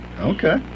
Okay